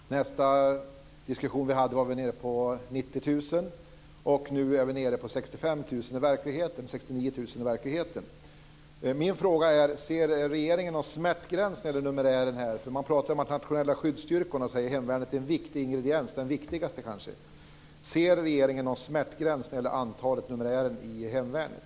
Vid nästa diskussion vi hade var vi nere i 90 000. Nu är vi nere i 65 000. I verkligheten är det 69 000. Man talar ju om de nationella skyddsstyrkorna och säger att hemvärnet är en viktig ingrediens, kanske den viktigaste. Ser regeringen någon smärtgräns när det gäller antalet i hemvärnet?